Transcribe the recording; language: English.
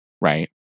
right